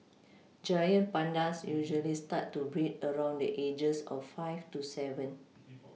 giant pandas usually start to breed around the ages of five to seven